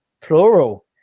plural